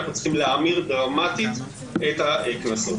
אנחנו צריכים להאמיר דרמטית את הקנסות.